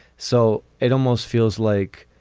so it almost feels like